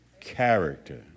character